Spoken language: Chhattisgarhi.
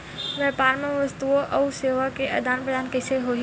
व्यापार मा वस्तुओ अउ सेवा के आदान प्रदान कइसे होही?